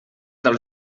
del